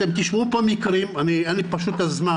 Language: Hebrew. אתם תשמעו פה מקרים, אין לי פשוט את הזמן,